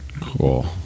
Cool